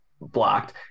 blocked